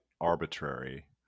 arbitrary